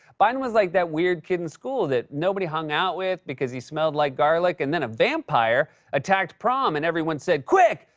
biden was like that weird kid in school that nobody hung out with because he smelled like garlic, and then a vampire attacked prom, and everyone said, quick!